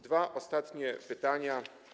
Dwa ostatnie pytania.